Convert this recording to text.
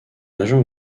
agent